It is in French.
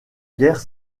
guerre